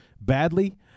badly